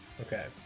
Okay